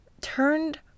turned